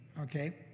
okay